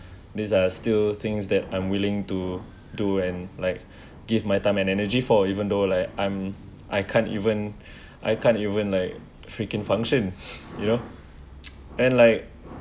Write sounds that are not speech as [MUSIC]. these are still things that I'm willing to do and like [BREATH] give my time and energy for even though like I'm I can't even [BREATH] I can't even like freaking functions [LAUGHS] you know [NOISE] and like